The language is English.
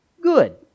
good